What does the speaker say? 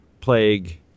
plague